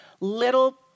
little